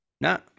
no